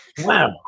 Wow